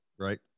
Right